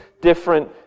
different